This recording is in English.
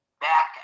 back